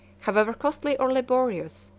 however costly or laborious,